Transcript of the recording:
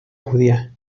judía